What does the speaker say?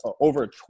over